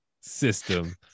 system